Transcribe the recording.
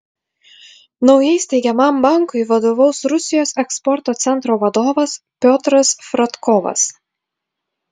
naujai steigiamam bankui vadovaus rusijos eksporto centro vadovas piotras fradkovas